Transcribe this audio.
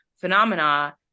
phenomena